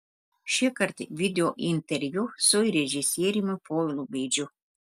šįkart videointerviu su režisieriumi povilu gaidžiu